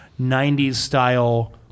90s-style